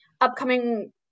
upcoming